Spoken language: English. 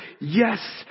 yes